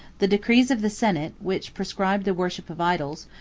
the decrees of the senate, which proscribed the worship of idols,